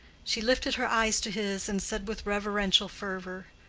she lifted her eyes to his and said with reverential fervor,